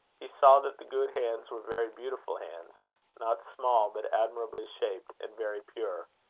he saw that the good hands were very beautiful hands not small, but admirably shaped, and very pure.